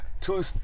two